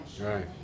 Right